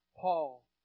Paul